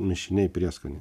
mišiniai prieskoniai